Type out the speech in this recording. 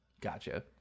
Gotcha